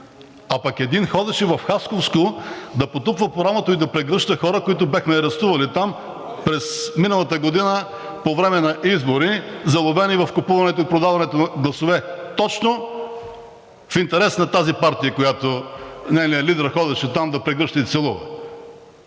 а пък един ходеше в Хасковско да потупва по рамото и да прегръща хора, които бяхме арестували там през миналата година по време на избори, заловени в купуването и продаването на гласове. Точно в интерес на тази партия, на която нейният лидер ходеше там да прегръща и целува.